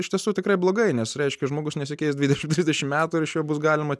iš tiesų tikrai blogai nes reiškia žmogus nesikeis dvidešimt trisdešimt metų ir iš jo bus galima